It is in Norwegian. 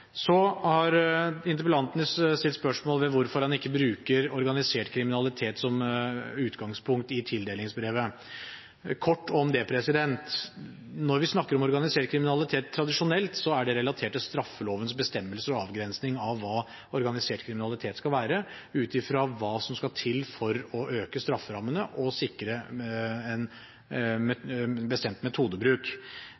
Så har interpellanten stilt spørsmål ved hvorfor man ikke bruker organisert kriminalitet som utgangpunkt i tildelingsbrevet. Kort om det: Når vi snakker om organisert kriminalitet tradisjonelt, er det relatert til straffelovens bestemmelser og avgrensning av hva organisert kriminalitet skal være, ut ifra hva som skal til for å øke strafferammene og sikre en